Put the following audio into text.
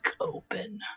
open